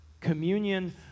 communion